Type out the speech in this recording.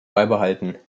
beibehalten